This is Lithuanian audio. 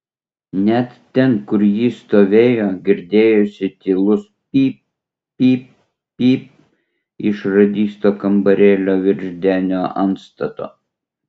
net ten kur jis stovėjo girdėjosi tylus pyp pyp pyp iš radisto kambarėlio virš denio antstato